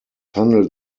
handelt